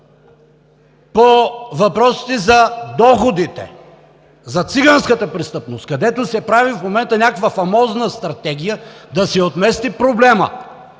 по въпросите за доходите, за циганската престъпност, където се прави в момента някаква фамозна стратегия, да се отмести проблемът